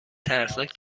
ترسناک